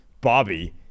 Bobby